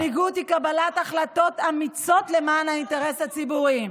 מנהיגות היא קבלת החלטות אמיצות למען האינטרס הציבורי,